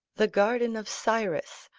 the garden of cyrus,